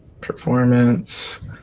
Performance